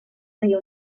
seguir